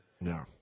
No